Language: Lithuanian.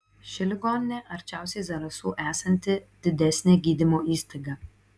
ši ligoninė arčiausiai zarasų esanti didesnė gydymo įstaiga